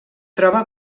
troba